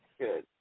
good